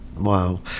Wow